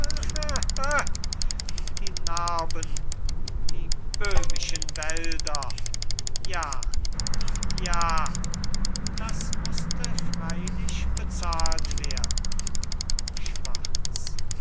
die narben die böhmischen wälder ja ja diß mußte freylich bezahlt werden schwarz